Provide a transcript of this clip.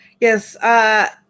Yes